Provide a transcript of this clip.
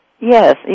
Yes